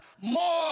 more